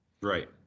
Right